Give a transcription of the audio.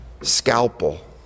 scalpel